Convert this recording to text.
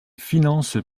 finances